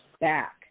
back